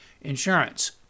insurance